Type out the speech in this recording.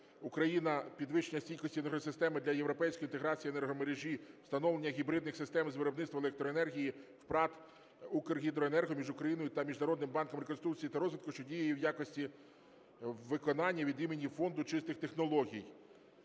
"Україна-Підвищення стійкості енергосистеми для європейської інтеграції енергомережі (Встановлення гібридних систем з виробництва електроенергії в ПрАТ "Укргідроенерго") між Україною та Міжнародним банком реконструкції та розвитку, що діє в якості виконання від імені Фонду чистих технологій.